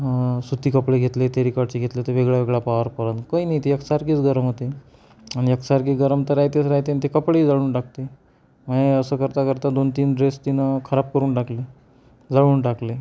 सुती कपडे घेतले टेरीकॉटचे घेतले तर वेगळा वेगळा पाअर काही नाही ती एकसारखीच गरम होते आणि एकसारखी गरम तर रायतेच रायते नं ते कपडेही जाळून टाकते असं करता करता दोन तीन ड्रेस तिनं खराब करून टाकले जाळून टाकले